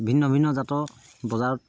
ভিন্ন ভিন্ন জাতৰ বজাৰত